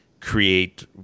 create